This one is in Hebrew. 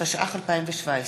התשע"ח 2017,